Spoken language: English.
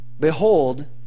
Behold